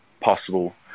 possible